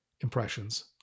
impressions